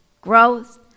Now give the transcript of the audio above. growth